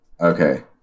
Okay